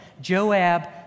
Joab